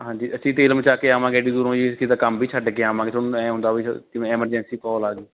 ਹਾਂਜੀ ਅਸੀਂ ਤੇਲ ਮਚਾ ਕੇ ਆਵਾਂਗੇ ਐਡੀ ਦੂਰੋਂ ਜੀ ਅਸੀਂ ਤਾਂ ਕੰਮ ਵੀ ਛੱਡ ਕੇ ਆਵਾਂਗੇ ਤੁਹਾਨੂੰ ਐਂ ਹੁੰਦਾ ਵੀ ਚਲ ਜਿਵੇਂ ਐਮਰਜੈਂਸੀ ਕੌਲ ਆ ਗਈ